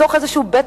בתוך איזה בית-מעצר,